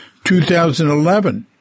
2011